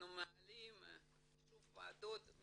אנחנו מעלים שוב ועדות,